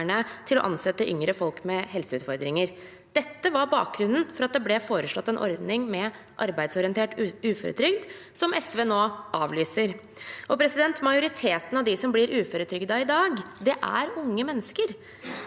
til å ansette yngre folk med helseutfordringer. Dette var bakgrunnen for at det ble foreslått en ordning med arbeidsorientert uføretrygd, som SV nå avlyser. Majoriteten av dem som blir uføretrygdet i dag, er unge mennesker.